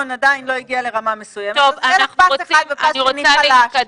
עדיין לא הגיע לרמה מסוימת יהיה לך פס אחד ופס שני חלש,